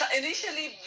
initially